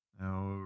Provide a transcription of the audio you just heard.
Now